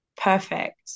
perfect